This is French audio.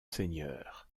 seigneurs